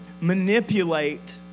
manipulate